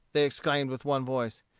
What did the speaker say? they exclaimed with one voice,